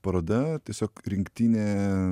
paroda tiesiog rinktinė